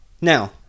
Now